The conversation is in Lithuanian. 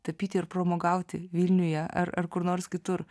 tapyti ir pramogauti vilniuje ar ar kur nors kitur